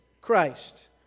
Christ